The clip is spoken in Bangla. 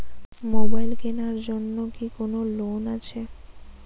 মোবাইল কেনার জন্য কি কোন লোন আছে?